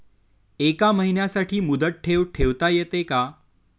एका महिन्यासाठी मुदत ठेव ठेवता येते का?